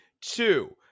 Two